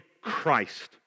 Christ